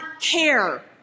care